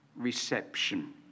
reception